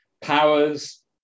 powers